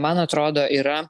man atrodo yra